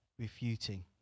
refuting